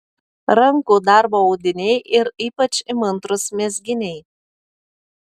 rankų darbo audiniai ir ypač įmantrūs mezginiai